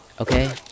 Okay